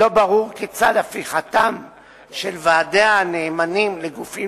לא ברור כיצד הפיכתם של ועדי הנאמנים לגופים